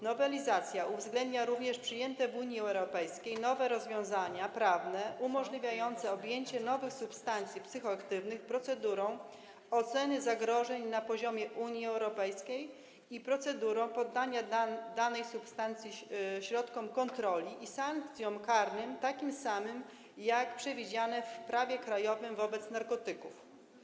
Nowelizacja uwzględnia również przyjęte w Unii Europejskiej nowe rozwiązania prawne umożliwiające objęcie nowych substancji psychoaktywnych procedurą oceny zagrożeń na poziomie Unii Europejskiej i procedurą poddania danej substancji środkom kontroli i sankcjom karnym takim samym jak te przewidziane w prawie krajowym wobec narkotyków.